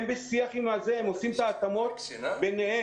הם בשיח והם עושים את ההתאמות ביניהם